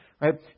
right